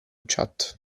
chat